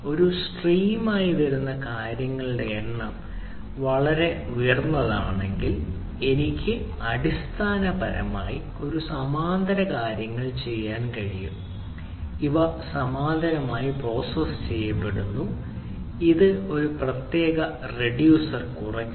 ഒരു സ്ട്രീം ആയി വരുന്ന കാര്യങ്ങളുടെ എണ്ണം വളരെ ഉയർന്നതാണെങ്കിൽ എനിക്ക് അടിസ്ഥാനപരമായി ഒരു സമാന്തര കാര്യങ്ങൾ ചെയ്യാൻ കഴിയും ഇവ സമാന്തരമായി പ്രോസസ്സ് ചെയ്യപ്പെടുന്നു ഇത് ഒരു പ്രത്യേക റിഡ്യൂസർ കുറയ്ക്കുന്നു